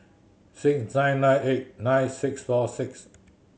six nine nine eight nine six four six